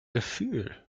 gefühl